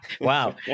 Wow